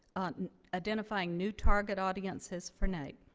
identifying new target audiences for naep.